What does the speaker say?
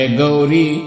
Gauri